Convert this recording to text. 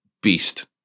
beast